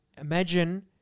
imagine